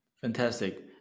fantastic